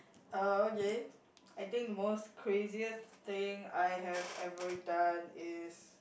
uh okay I think the most craziest thing I have ever done is